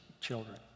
children